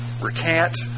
recant